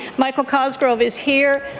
michael cosgrove is here.